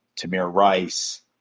tamir rice,